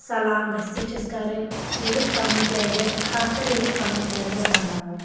سلام گژھِ زِٹھس کَرٕنۍ خاص کَر ییٚلہِ أسۍ پَنُن کیٚریر بَناوو